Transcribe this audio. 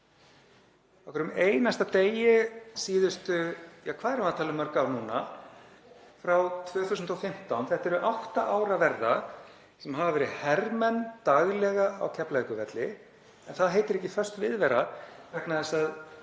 hverjum einasta degi síðustu, ja, hvað erum við að tala um mörg ár núna? Frá 2015, þetta eru að vera átta ár, hafa verið hermenn daglega á Keflavíkurvelli en það heitir ekki föst viðvera vegna þess að